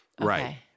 right